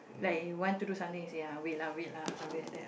like you want to do something you say ah wait lah wait lah something like that